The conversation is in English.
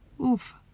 oof